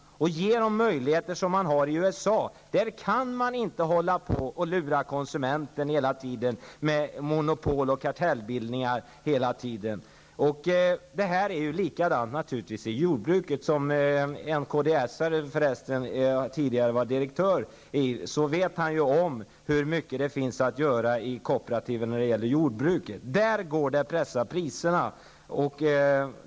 Ge dem de möjligheter som finns i USA! Där kan man inte hålla på och lura konsumenter hela tiden med monopol och kartellbildningar. Det är likadant i jordbruket. En av kds-arna var direktör där tidigare, så han vet om hur mycket det finns att göra när det gäller den kooperativa jordbruksrörelsen. Där går det att pressa priserna.